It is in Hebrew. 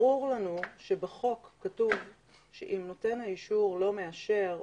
ברור לנו שבחוק כתוב שאם נותן האישור לא מעביר